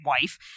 wife